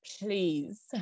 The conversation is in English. please